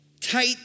tight